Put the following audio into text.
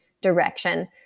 direction